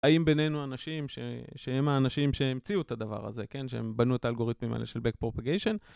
האם בינינו אנשים שהם שהם האנשים שהמציאו את הדבר הזה, כן? שהם בנו את האלגוריתמים האלה של backpropagation?